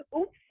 oops